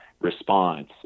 response